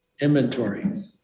inventory